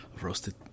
roasted